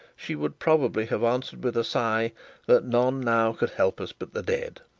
she would probably have answered with a sigh that none now could help us but the dead.